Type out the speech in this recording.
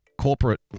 corporate